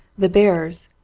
the bearers,